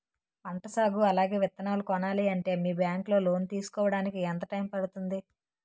పంట సాగు అలాగే విత్తనాలు కొనాలి అంటే మీ బ్యాంక్ లో లోన్ తీసుకోడానికి ఎంత టైం పడుతుంది?